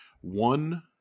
one